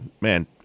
man